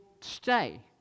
stay